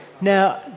Now